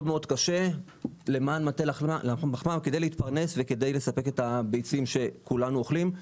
מאוד קשה למען מטה לחמם כדי להתפרנס וכדי לספק את הביצים שכולנו אוכלים.